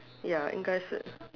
ya 应开始